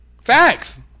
facts